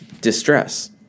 distress